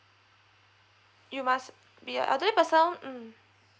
you must be a elderly person mm